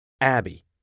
Abby